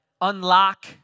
unlock